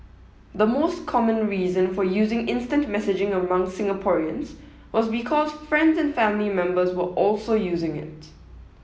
the most common reason for using instant messaging among Singaporeans was because friends and family members were also using it